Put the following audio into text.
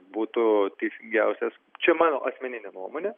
būtų teisingiausias čia mano asmeninė nuomonė